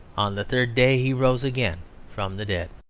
on the third day he rose again from the dead.